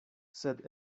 sed